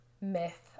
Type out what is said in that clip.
myth